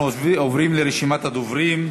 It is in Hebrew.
אנחנו עוברים לרשימת הדוברים.